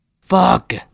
Fuck